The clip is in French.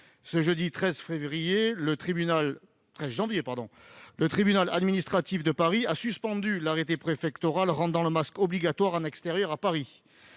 Ce jeudi 13 janvier, le tribunal administratif de Paris a suspendu l'arrêté préfectoral rendant le masque obligatoire en extérieur à Paris.